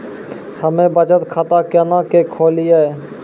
हम्मे बचत खाता केना के खोलियै?